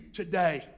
today